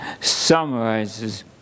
summarizes